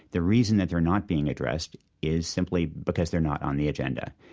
the reason that they're not being addressed is simply because they're not on the agenda.